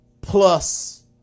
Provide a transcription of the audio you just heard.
Plus